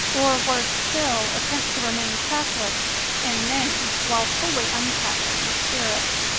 or, worse still, attempt to remain catholic in name while wholly un-catholic in spirit.